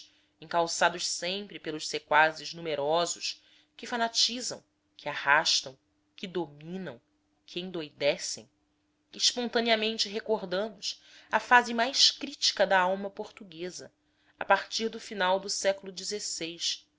flagícios encalçados sempre pelos sequazes numerosos que fanatizam que arrastam que dominam que endoudecem espontaneamente recordamos a fase mais crítica da alma portuguesa a partir do século